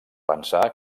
pensar